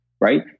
right